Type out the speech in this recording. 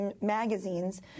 magazines